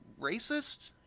racist